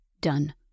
Done